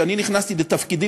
כשאני נכנסתי לתפקידי,